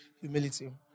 humility